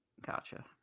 Gotcha